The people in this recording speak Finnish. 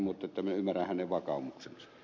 mutta minä ymmärrän hänen vakaumuksensa